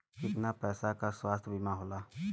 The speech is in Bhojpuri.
कितना पैसे का स्वास्थ्य बीमा होला?